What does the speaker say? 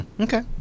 okay